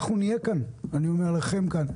אנחנו נהיה כאן ואני אומר את זה לכם כאן,